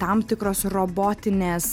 tam tikros robotinės